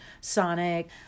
Sonic